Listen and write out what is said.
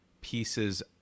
pieces